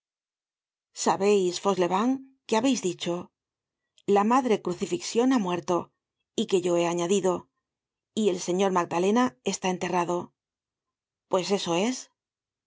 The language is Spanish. invierno sabeis fauchelevent que habeis dicho la madre crucifixion ha muerto y que yo he añadido y el señor magdalena está enterrado pues eso es